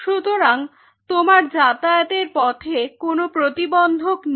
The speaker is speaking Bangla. সুতরাং তোমার যাতায়াতের পথে কোন প্রতিবন্ধক নেই